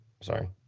sorry